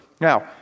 Now